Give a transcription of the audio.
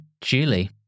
Julie